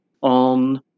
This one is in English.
on